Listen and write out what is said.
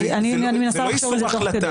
אני מנסה לחשוב על זה תוך כדי.